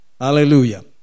Hallelujah